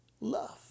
love